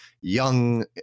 young